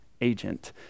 agent